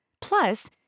Plus